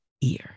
ear